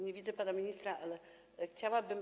Nie widzę pana ministra, ale chciałabym.